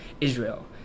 Israel